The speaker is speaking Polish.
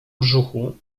brzuchu